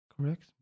correct